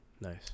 nice